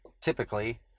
typically